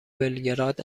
بلگراد